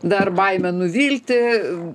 dar baimė nuvilti